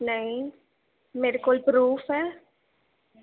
ਨਹੀਂ ਮੇਰੇ ਕੋਲ ਪਰੂਫ ਹੈ